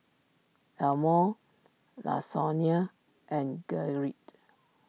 Elmore Lasonya and Gerrit